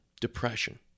depression